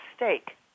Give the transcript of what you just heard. mistake